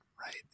Right